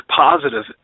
positive